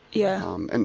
yeah. um and